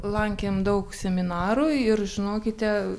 lankėm daug seminarų ir žinokite